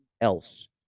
else